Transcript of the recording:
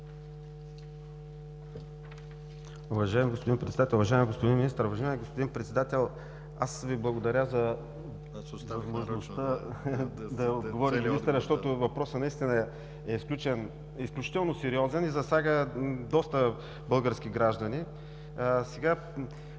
Уважаеми господин Председател, уважаеми господин Министър! Уважаеми господин Председател, благодаря Ви за възможността да отговори министъра, защото въпроса наистина е изключително сериозен и засяга доста български граждани.